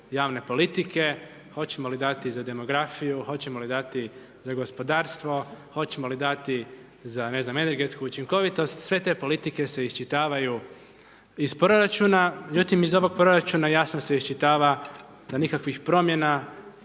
javne politike, hoćemo li dati za demografiju, hoćemo li dati za gospodarstvo, hoćemo li dati za, ne znam, energetiku učinkovitost. Sve te politike se isčitavaju iz proračuna. Međutim, iz ovog proračuna jasno se isčitava da nikakvih promjena,